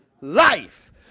life